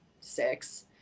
six